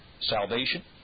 salvation